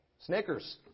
Snickers